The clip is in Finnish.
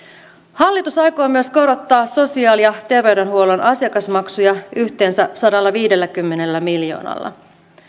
hallitus aikoo myös korottaa sosiaali ja terveydenhuollon asiakasmaksuja yhteensä sadallaviidelläkymmenellä miljoonalla